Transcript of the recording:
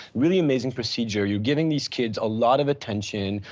really amazing procedure, you're giving these kids a lot of attention,